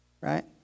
right